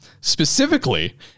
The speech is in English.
Specifically